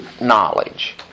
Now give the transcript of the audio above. knowledge